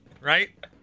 Right